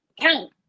Count